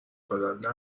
دادن